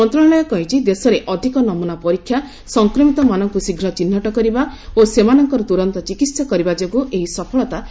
ମନ୍ତଶାଳୟ କହିଛି ଦେଶରେ ଅଧିକ ନମୁନା ପରୀକ୍ଷା ସଂକ୍ରମିତମାନଙ୍କୁ ଶୀଘ୍ର ଚିହ୍ନଟ କରିବା ଓ ସେମାନଙ୍କର ତୁରନ୍ତ ଚିକିତ୍ସା କରିବା ଯୋଗୁଁ ଏହି ସଫଳତା ମିଳିଛି